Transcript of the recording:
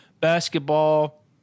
Basketball